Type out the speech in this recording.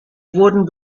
wurden